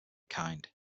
kind